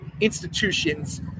institutions